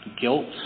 guilt